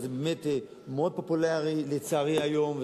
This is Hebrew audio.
אז באמת זה מאוד פופולרי לצערי היום,